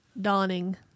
Dawning